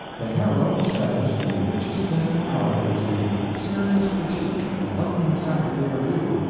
the herald says the richest thing out is the serious critique in the london saturday review,